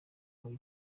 muri